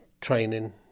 training